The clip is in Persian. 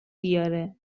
بیاره